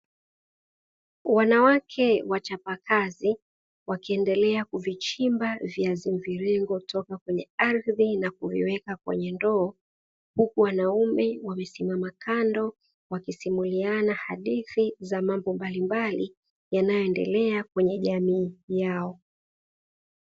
Wanawake wachapakazi wakiendelea kuvichimba viazi mviringo toka kwenye ardhi na kuviweka kwenye ndoo, huku wanaume wamesimama kando wakisimuliana hadithi za mambo mbalimbali yanayoendelea kwenye jamii yao